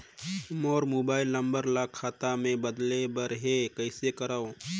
मोर mobile number ल खाता मे बदले बर हे कइसे करव?